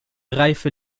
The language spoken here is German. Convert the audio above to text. reife